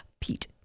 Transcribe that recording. Pete